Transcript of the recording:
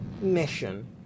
mission